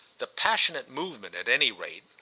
the passionate movement, at any rate,